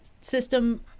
system